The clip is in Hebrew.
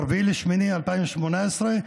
ב-4 באוגוסט 2018,